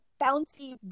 bouncy